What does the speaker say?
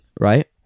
right